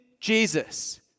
Jesus